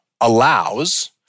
allows